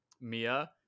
Mia